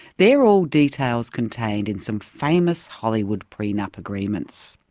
they're all details contained in some famous hollywood prenup agreements.